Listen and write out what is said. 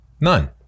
None